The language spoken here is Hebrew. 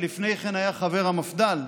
שלפני כן היה חבר המפד"ל,